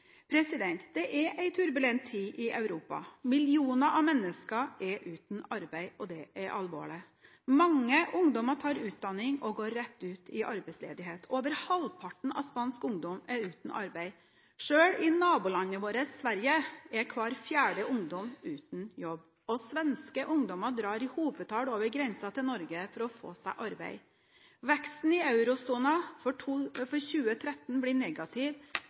Det er en turbulent tid i Europa. Millioner av mennesker er uten arbeid, og det er alvorlig. Mange ungdommer tar utdanning og går rett ut i arbeidsledighet. Over halvparten av spansk ungdom er uten arbeid. Selv i nabolandet vårt Sverige er hver fjerde ungdom uten jobb. Svenske ungdommer drar i hopetall over grensen til Norge for å få seg arbeid. Veksten i eurosonen for 2013 blir negativ,